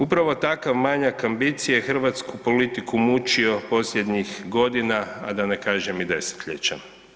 Upravo takav manjak ambicije hrvatsku je politiku mučio posljednjih godina, a da ne kažem i desetljećem.